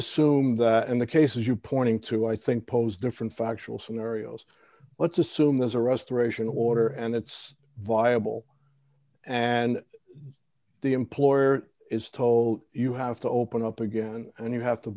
assume that in the cases you pointing to i think pose different factual scenarios let's assume there's a restoration of order and it's viable and the employer is told you have to open up again and you have to